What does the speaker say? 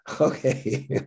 okay